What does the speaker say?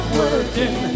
working